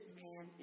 man